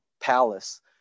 palace